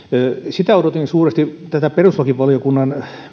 odotin suuresti perustuslakivaliokunnan